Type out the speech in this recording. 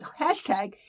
hashtag